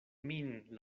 min